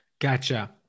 Gotcha